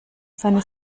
seine